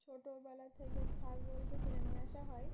ছোটোবেলা থেকে ছাগলকে কিনে নিয়ে আসা হয়